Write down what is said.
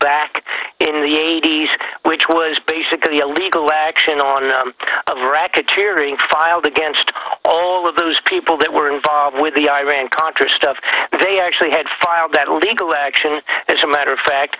back in the eighty's which was basically a legal action on of racketeering filed against all of those people that were involved with the iran contra stuff they actually had filed that legal action as a matter of fact